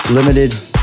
limited